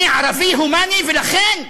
אני ערבי הומני, ולכן,